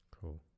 cool